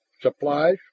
Supplies